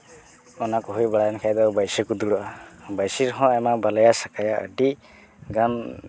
ᱚᱱᱟ ᱠᱚ ᱦᱩᱭ ᱵᱟᱲᱟᱭᱮᱱ ᱠᱷᱟᱡ ᱫᱚ ᱵᱟᱹᱭᱥᱤ ᱠᱚ ᱫᱩᱲᱩᱵᱼᱟ ᱵᱟᱭᱥᱤ ᱨᱮᱦᱚᱸ ᱟᱭᱢᱟ ᱵᱟᱞᱟᱭᱟᱼᱥᱟᱠᱟᱭᱟ ᱟᱹᱰᱤᱜᱟᱱ